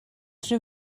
rhyw